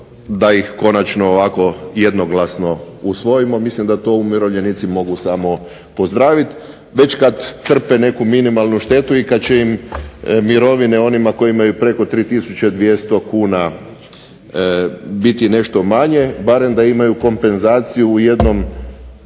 da ih konačno jednoglasno usvojimo. Mislim da to umirovljenici mogu samo pozdraviti, već kada trpe neku minimalnu štetu i kada će im mirovine onima koji imaju preko 3 tisuće 200 kuna biti nešto manje, barem da imaju kompenzaciju u jednom